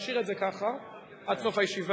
נשאיר את זה ככה עד סוף הישיבה.